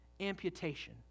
amputation